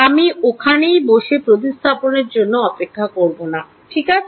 আমি ওখানেই বসে প্রতিস্থাপনের জন্য অপেক্ষা করব না ঠিক আছে